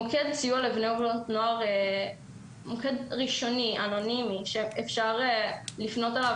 מוקד הסיוע לבני הנוער שהוא מוקד ראשוני אנונימי שאפשר לפנות אליו